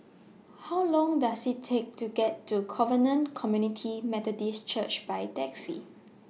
How Long Does IT Take to get to Covenant Community Methodist Church By Taxi